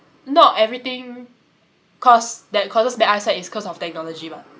not everything cause that causes bad eyesight is cause of technology [what]